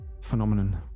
phenomenon